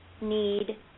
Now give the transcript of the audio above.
need